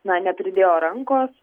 na nepridėjo rankos